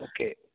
Okay